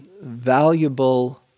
valuable